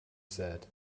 said